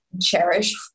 cherish